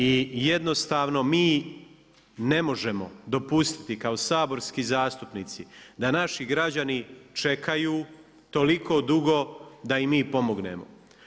I jednostavno mi ne možemo dopustiti kao saborski zastupnici da naši građani čekaju toliko dugo da im mi pomognemo.